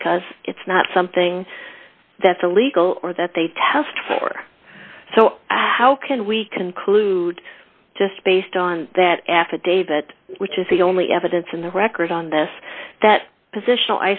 because it's not something that's illegal or that they test for so how can we conclude just based on that affidavit which is the only evidence in the record on this that position